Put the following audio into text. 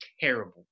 terrible